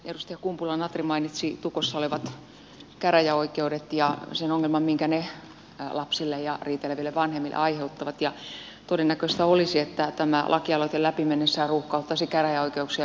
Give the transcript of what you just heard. edustaja kumpula natri mainitsi tukossa olevat käräjäoikeudet ja sen ongelman minkä ne lapselle ja riiteleville vanhemmille aiheuttavat ja todennäköistä olisi että tämä lakialoite läpi mennessään ruuhkauttaisi käräjäoikeuksia vielä lisää